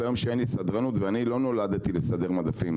ביום שאין לי סדרנות לסדר מדפים ואני לא נולדתי לסדר מדפים,